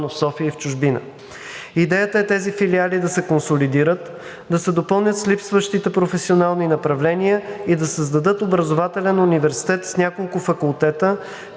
в София, и в чужбина. Идеята е тези филиали да се консолидират, да се допълнят с липсващите професионални направления и да създадат образователен университет с няколко факултета,